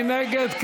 מי נגד?